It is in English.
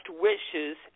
wishes